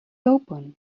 open